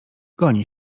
goni